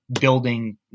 building